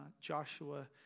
Joshua